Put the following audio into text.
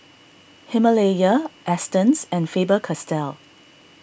Himalaya Astons and Faber Castell